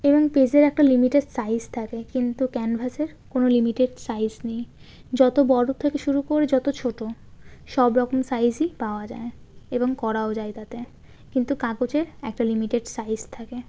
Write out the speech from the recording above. এবং পেজের একটা লিমিটেড সাইজ থাকে কিন্তু ক্যানভাসের কোনও লিমিটেড সাইজ নেই যত বড় থেকে শুরু করে যত ছোট সবরকম সাইজই পাওয়া যায় এবং করাও যায় তাতে কিন্তু কাগজের একটা লিমিটেড সাইজ থাকে